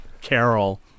Carol